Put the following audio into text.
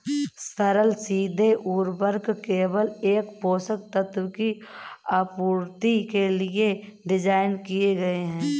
सरल सीधे उर्वरक केवल एक पोषक तत्व की आपूर्ति के लिए डिज़ाइन किए गए है